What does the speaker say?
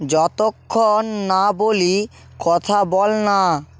যতক্ষণ না বলি কথা বল না